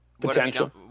potential